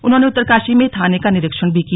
उन्होंने उत्तरकाशी में थाने का निरीक्षण भी किया